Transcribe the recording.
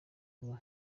ubu